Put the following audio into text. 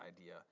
idea